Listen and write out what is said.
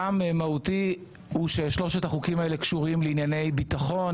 טעם מהותי הוא ששלושת החוקים האלה קשורים לענייני ביטחון.